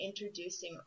introducing